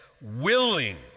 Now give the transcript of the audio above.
willing